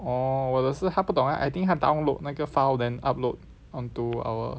orh 我的是他不懂 I think 他 download 那个 file then upload onto our